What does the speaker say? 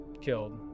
killed